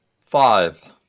Five